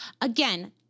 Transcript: again